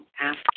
ask